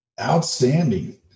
Outstanding